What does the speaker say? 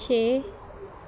ਛੇ